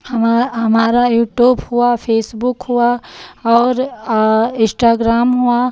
हमा हमारा यूटूप हुआ फ़ेसबुक हुआ और इश्टाग्राम हुआ